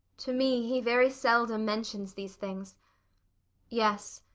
to me he very seldom mentions these things yes,